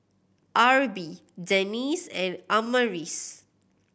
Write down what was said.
Arbie Dennis and Amaris